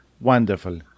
wonderful